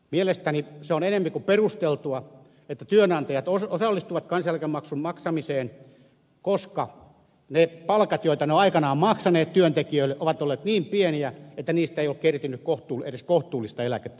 mielestäni se on enemmän kuin perusteltua että työnantajat osallistuvat kansaneläkemaksun maksamiseen koska ne palkat joita ne ovat aikanaan maksaneet työntekijöille ovat olleet niin pieniä että niistä ei ole kertynyt edes kohtuullista eläkettä jolla tulisi toimeen